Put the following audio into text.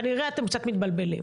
כנראה אתם קצת מתבלבלים.